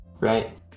right